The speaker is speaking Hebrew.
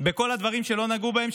כל הדברים שלא נגעו בהם,